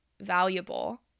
valuable